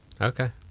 Okay